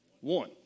One